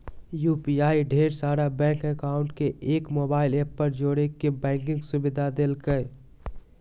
UPI ढेर सारा bank account के एक मोबाइल ऐप पर जोड़े के बैंकिंग सुविधा देलकै